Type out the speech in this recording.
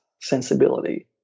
sensibility